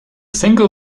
single